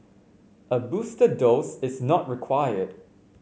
a booster dose is not required